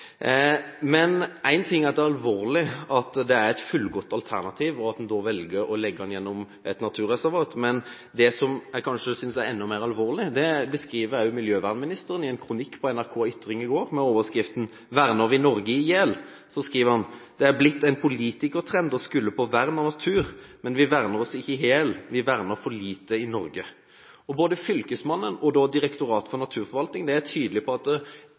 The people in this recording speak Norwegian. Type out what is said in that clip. Men en ting er at det er alvorlig at det er et fullgodt alternativ, og at man da velger å legge linjen gjennom et naturreservat, men det jeg synes kanskje er enda mer alvorlig, beskriver også miljøvernministeren i en kronikk på NRK Ytring i går med overskriften «Vernar vi Noreg i hel?». Der skriver han: «Det er blitt ein politikartrend å skulde på vern av natur. Men vi vernar oss ikkje i hel; vi vernar for lite i Noreg.» Både fylkesmannen og Direktoratet for naturforvaltning er tydelige på at